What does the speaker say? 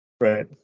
right